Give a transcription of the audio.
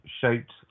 shaped